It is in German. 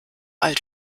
alt